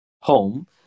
home